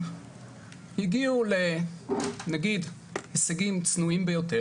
זה לגיטימי וזה מותר,